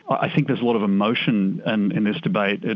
i think there's a lot of emotion and in this debate.